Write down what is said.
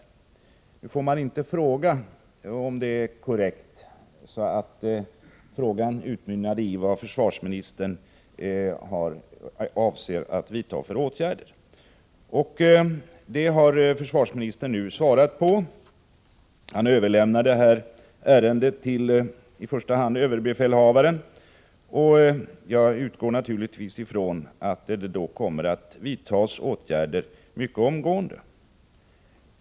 Man får inte fråga om det hela är korrekt, så frågan utmynnade i vad försvarsministern avser att vidta för åtgärder. Det har försvarsministern nu svarat på. Han överlämnar ärendet till i första hand överbefälhavaren, och jag utgår naturligtvis ifrån att det då kommer att vidtas åtgärder mycket snabbt.